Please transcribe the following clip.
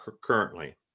currently